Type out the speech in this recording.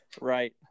Right